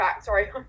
sorry